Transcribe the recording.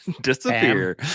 Disappear